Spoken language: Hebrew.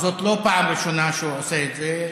זאת לא פעם ראשונה שהוא עושה את זה.